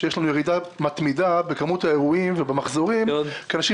שיש לנו ירידה מתמידה בכמות האירועים ובמחזורים כי אנשים